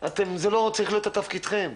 זה לא צריך להיות מתפקידכם,